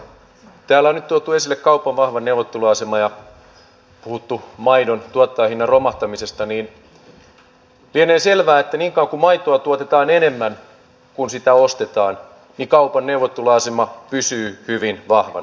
kun täällä on nyt tuotu esille kaupan vahva neuvotteluasema ja puhuttu maidon tuottajahinnan romahtamisesta niin lienee selvää että niin kauan kuin maitoa tuotetaan enemmän kuin sitä ostetaan kaupan neuvotteluasema pysyy hyvin vahvana